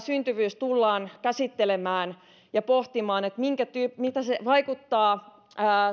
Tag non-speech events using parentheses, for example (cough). (unintelligible) syntyvyys tullaan käsittelemään ja pohtimaan miten se vaikuttaa